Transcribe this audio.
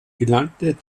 gelangte